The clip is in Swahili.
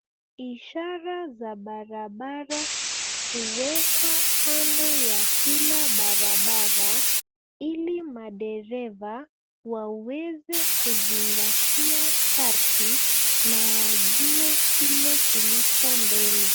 Ishara za barabara huwekwa kando ya kila barabara ili madereva waweze kuzingatia sharti na wajue kile kilicho mbele.